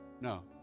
No